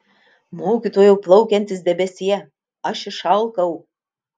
mokytojau plaukiantis debesie aš išalkau